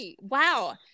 Wow